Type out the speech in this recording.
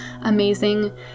amazing